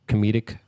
Comedic